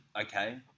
Okay